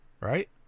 right